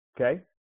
Okay